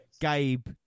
Gabe